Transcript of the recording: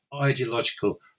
ideological